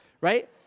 right